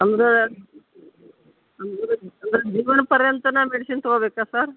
ಅಂದರೆ ಅಂದರೆ ಅಂದರೆ ಜೀವನಪರ್ಯಂತ ನಾ ಮೆಡಿಶಿನ್ ತಗೋಬೇಕಾ ಸರ್